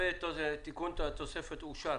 תיקון התוספת אושר.